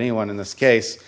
anyone in this case